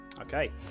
Okay